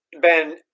Ben